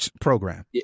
program